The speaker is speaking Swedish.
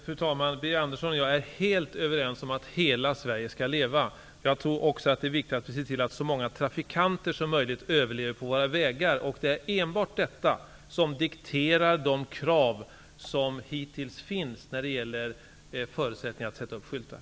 Fru talman! Birger Andersson och jag är helt överens om att hela Sverige skall leva. Jag tror också att det är viktigt att vi ser till att så många trafikanter som möjligt överlever på våra vägar. Det är enbart detta skäl som dikterar de krav som hitills finns när det gäller förutsättningar att sätta upp skyltar.